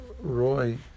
roy